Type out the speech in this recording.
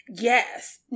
Yes